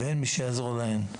ואין מי שיעזור להן.